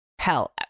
hell